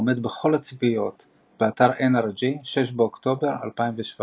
עומד בכל הציפיות, באתר nrg, 6 באוקטובר 2017